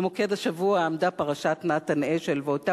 במוקד השבוע עמדה פרשת נתן אשל ואותה